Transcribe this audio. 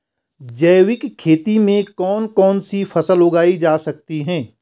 जैविक खेती में कौन कौन सी फसल उगाई जा सकती है?